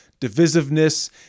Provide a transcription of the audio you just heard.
divisiveness